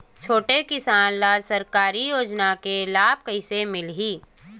छोटे किसान ला सरकारी योजना के लाभ कइसे मिलही?